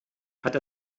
hat